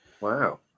Wow